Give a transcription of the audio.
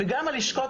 גם הלשכות,